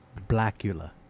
Blackula